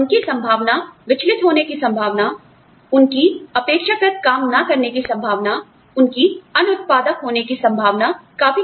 और उनकी संभावनाविचलित होने की संभावना उनकी अपेक्षाकृत काम ना करने की संभावना उनकी अनुत्पादक होने की संभावना काफी कम हो जाती है